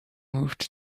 moved